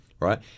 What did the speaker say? Right